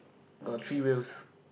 got three wheels